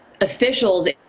officials